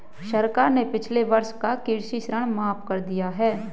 सरकार ने पिछले वर्ष का कृषि ऋण माफ़ कर दिया है